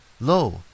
lo